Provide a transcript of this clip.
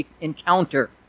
encounter